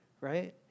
right